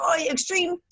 extreme